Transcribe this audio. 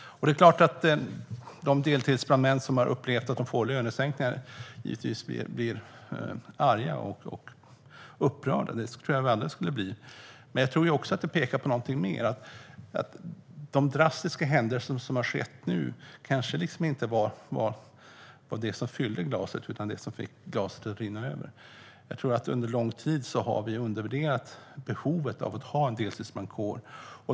Det är klart att de deltidsbrandmän som har fått lönesänkningar givetvis blir arga och upprörda, det tror jag att vi alla skulle bli. Men det pekar nog också på någonting mer, att dessa drastiska händelser kanske inte var det som fyllde glaset, utan det som fick glaset att rinna över. Vi har under en lång tid undervärderat behovet av att ha en deltidsbrandkår.